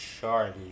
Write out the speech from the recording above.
Charlie